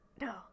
No